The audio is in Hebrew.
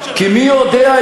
כי מי יודע,